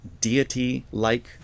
deity-like